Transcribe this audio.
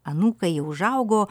anūkai jau užaugo